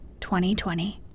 2020